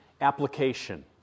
Application